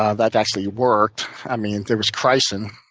ah that actually worked. i mean there was chrysin